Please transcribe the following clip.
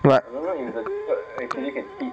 but